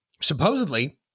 supposedly